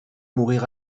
mourir